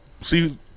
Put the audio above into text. See